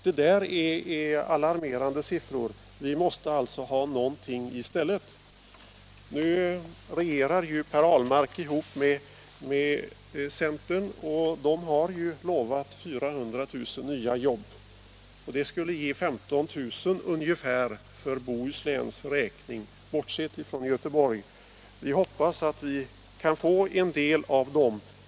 Det är alarmerande siffror — vi måste ha något annat i stället. Nu regerar Per Ahlmark ihop med centern, som ju har lovat 400 000 nya jobb. Det skulle ge ungefär 15 000 jobb för Bohusläns räkning, bortsett från Göteborg. Vi hoppas att vi kan få en del av dem.